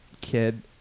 kid